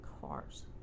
cars